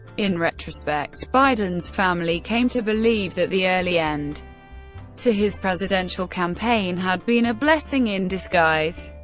in retrospect, biden's family came to believe that the early end to his presidential campaign had been a blessing in disguise,